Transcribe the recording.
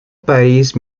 país